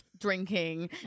drinking